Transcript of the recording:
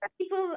People